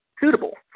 suitable